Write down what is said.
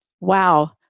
wow